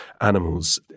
animals